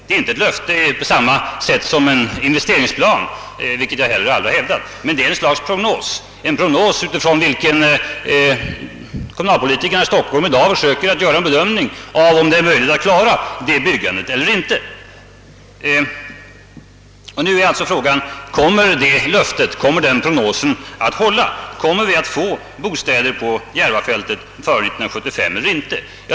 Det är inte ett löfte på samma sätt som en investeringsplan, vilket jag heller aldrig har hävdat, men det är en klar prognos, en prognos utifrån vilken kommunalpolitikerna i Stockholm i dag försöker att göra en bedömning om det är möjligt att klara det byggandet eller inte. Nu är alltså frågan: Kommer den prognosen att hålla? Kommer vi att få de bostäder som utlovats på Järvafältet före 1975 eller inte?